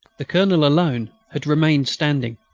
the colonel alone had remained standing.